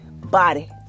body